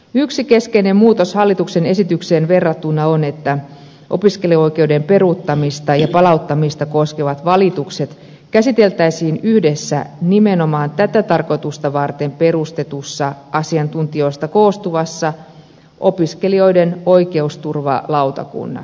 yksi keskeinen muutos hallituksen esitykseen verrattuna on että opiskeluoikeuden peruuttamista ja palauttamista koskevat valitukset käsiteltäisiin yhdessä nimenomaan tätä tarkoitusta varten perustetussa asiantuntijoista koostuvassa opiskelijoiden oikeusturvalautakunnassa